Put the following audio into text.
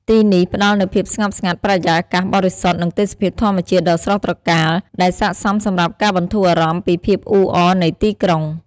ទីនេះផ្ដល់នូវភាពស្ងប់ស្ងាត់ បរិយាកាសបរិសុទ្ធ និងទេសភាពធម្មជាតិដ៏ស្រស់ត្រកាល ដែលស័ក្តិសមសម្រាប់ការបន្ធូរអារម្មណ៍ពីភាពអ៊ូអរនៃទីក្រុង។